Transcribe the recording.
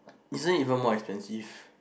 isn't it even more expensive